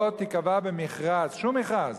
"לא תיקבע במכרז", שום מכרז,